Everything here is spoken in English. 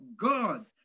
God